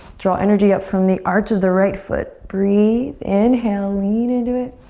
draw energy up from the arch of the right foot. breathe, inhale, lean into it.